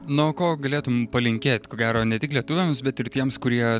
na o ko galėtum palinkėt ko gero ne tik lietuviams bet ir tiems kurie